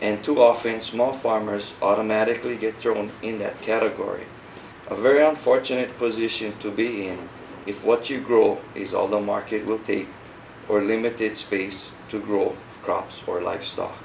and too often small farmers automatically get thrown in that category a very unfortunate position to be in if what you grow is all the market will take or a limited space to grow crops or livest